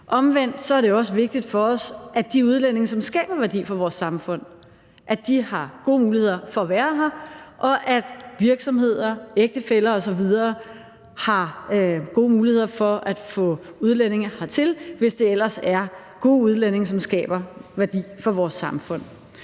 Omvendt er det også vigtigt for os, at de udlændinge, som skaber værdi for vores samfund, har gode muligheder for at være her, og at virksomheder, ægtefæller osv. har gode muligheder for at få udlændinge hertil, hvis det ellers er gode udlændinge, som skaber værdi for vores samfund,